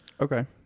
Okay